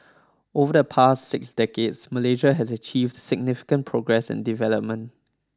over the past six decades Malaysia has achieved significant progress and development